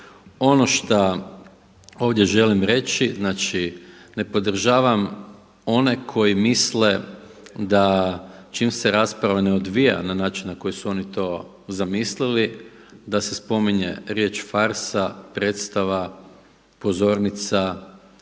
Ono šta ovdje želim reći znači ne podržavam one koji misle da čim se rasprava ne odvija na način na koji su oni to zamislili da se spominje riječ farsa, predstava, pozornica,